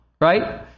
Right